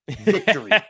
Victory